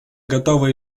готова